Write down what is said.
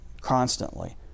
constantly